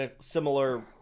similar